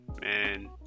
man